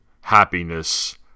happiness